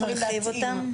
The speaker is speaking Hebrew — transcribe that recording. אנחנו נרחיב אותם?